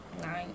Nine